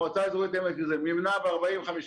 המועצה המקומית עמק יזרעאל מימנה ב-40,000